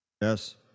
Yes